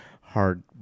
hard